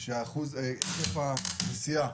שהיקף הנסיעה